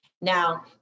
Now